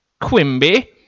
Quimby